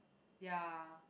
ya